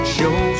Show